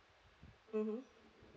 mmhmm